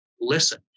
listen